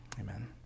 Amen